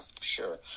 sure